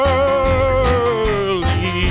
early